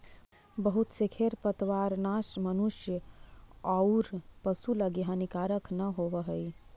बहुत से खेर पतवारनाश मनुष्य औउर पशु लगी हानिकारक न होवऽ हई